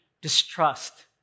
distrust